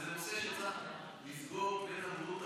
אני מציע לך לסגור בין הבריאות,